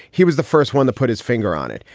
he was the first one to put his finger on it.